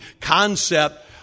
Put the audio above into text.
concept